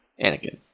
Anakin